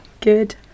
Good